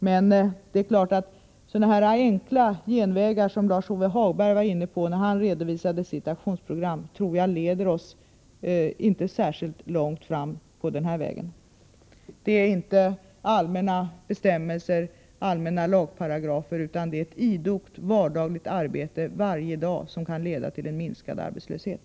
Men det är klart att sådana enkla genvägar som Lars-Ove Hagberg var inne på när han redovisade sitt aktionsprogram tror jag inte leder oss särskilt långt fram på den här vägen. Det är inte allmänna bestämmelser eller allmänna lagparagrafer utan ett idogt vardagligt arbete varje dag som kan leda till minskad arbetslöshet.